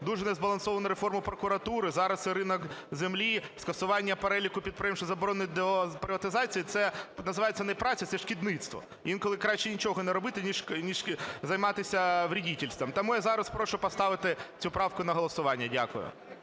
дуже незбалансовану реформу прокуратури, зараз це ринок землі, скасування переліку підприємств, що заборонені до приватизації, це називається не праця – це шкідництво. Інколи краще нічого не робити ніж займатися вредительством. Тому я зараз прошу поставити цю правку на голосування. Дякую.